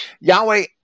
Yahweh